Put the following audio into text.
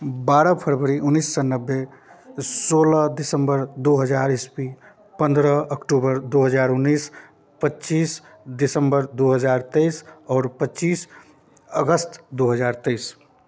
बारह फरवरी उन्नैस सए नब्बे सोलह दिसंबर दो हजार ईस्वी पन्द्रह अक्टूबर दू हजार उन्नैस पच्चीस दिसंबर दू हजार तेइस आओर पच्चीस अगस्त दू हजार तेइस